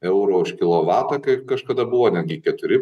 euro už kilovatą kaip kažkada buvo netgi keturi